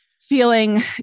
feeling